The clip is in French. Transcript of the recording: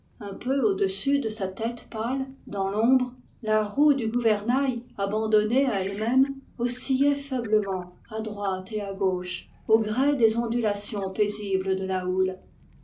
un peu au-dessus de sa tête pâle dans l'ombre la roue du gouvernail abandonnée à elle-même oscillait faiblement à droite et à gauche au gré des ondulations paisibles de la houle